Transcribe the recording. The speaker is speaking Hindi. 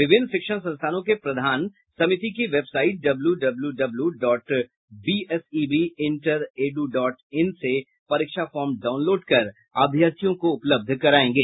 विभिन्न शिक्षण संस्थानों के प्रधान समिति की website W W W dot BAEB inter edu dot in से परीक्षा फार्म डाउनलोड कर अभ्यर्थियों को उपलब्ध करायेंगे